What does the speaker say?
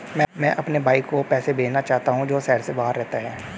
मैं अपने भाई को पैसे भेजना चाहता हूँ जो शहर से बाहर रहता है